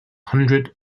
hundred